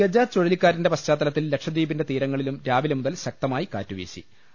ഗജ ചുഴലിക്കാറ്റിന്റെ പശ്ചാത്തലത്തിൽ ലക്ഷദ്ധീപിന്റെ തീരങ്ങളിലും രാവിലെമുതൽ ശക്തമായി കാറ്റുവീശി